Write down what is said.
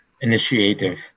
initiative